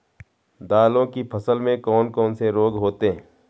दालों की फसल में कौन कौन से रोग होते हैं?